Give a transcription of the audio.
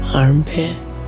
armpit